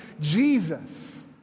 Jesus